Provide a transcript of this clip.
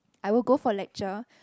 I will go for lecture